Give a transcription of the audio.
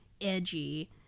edgy